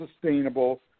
sustainable